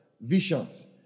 visions